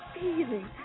feeling